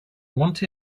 want